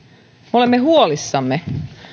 olemme huolissamme